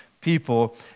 people